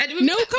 no